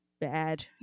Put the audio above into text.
bad